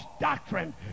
doctrine